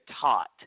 taught